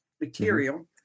material